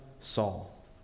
Saul